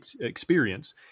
experience